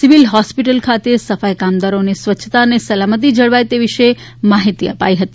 civil hospital ખાતે સફાઇ કામદારોને સ્વચ્છતા અને સલામતી જળવાય તે વિશેની માહિતી અપાઇ હતી